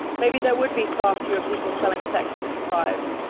maybe there would be far fewer people selling sex to survive,